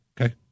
Okay